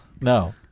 No